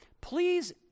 please